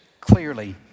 clearly